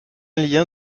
lien